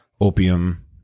opium